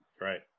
Right